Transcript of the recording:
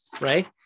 right